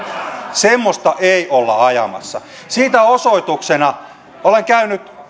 semmoista ei olla ajamassa siitä osoituksena olen käynyt